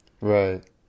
Right